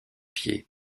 pied